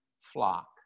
flock